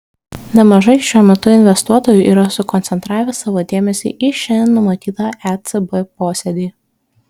nemažai šiuo metu investuotojų yra sukoncentravę savo dėmesį į šiandien numatytą ecb posėdį